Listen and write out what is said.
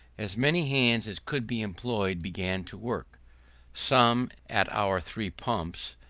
as many hands as could be employed began to work some at our three pumps,